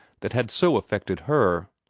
that had so affected her.